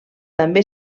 també